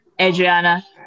Adriana